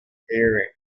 daring